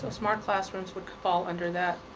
ah smart classrooms would fall under that.